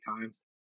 times